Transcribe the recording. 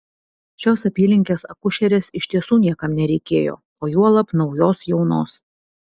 šios apylinkės akušerės iš tiesų niekam nereikėjo o juolab naujos jaunos